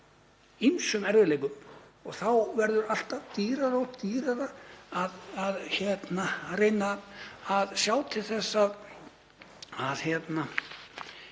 ýmsum erfiðleikum og þá verður alltaf dýrara og dýrara að reyna að sjá til þess að